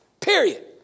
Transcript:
Period